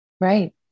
right